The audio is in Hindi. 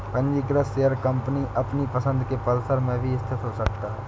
पंजीकृत शेयर कंपनी अपनी पसंद के परिसर में भी स्थित हो सकता है